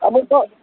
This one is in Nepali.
अब त